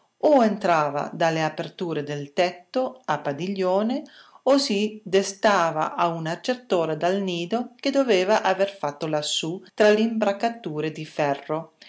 o entrava dalle aperture del tetto a padiglione o si destava a una cert'ora dal nido che doveva aver fatto lassù tra le imbracature di ferro